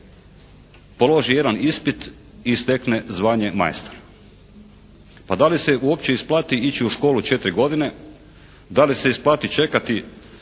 položi jedan ispit i stekne zvanje majstora. Pa da li se uopće isplati ići u školu 4 godine, da li se isplati čekati